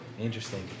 interesting